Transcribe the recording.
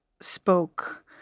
spoke